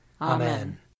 Amen